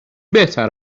بهتر